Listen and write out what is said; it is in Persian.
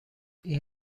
این